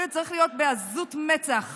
צריך להיות עז מצח